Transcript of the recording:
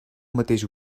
mateix